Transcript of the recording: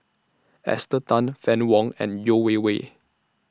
Esther Tan Fann Wong and Yeo Wei Wei